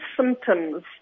symptoms